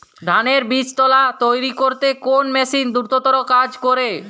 ধানের বীজতলা তৈরি করতে কোন মেশিন দ্রুততর কাজ করে?